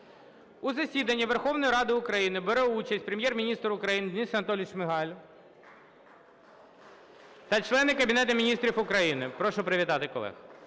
У засіданні Верховної Ради України бере участь Прем'єр-міністр України Денис Анатолійович Шмигаль та члени Кабінету Міністрів України. Прошу привітати колег.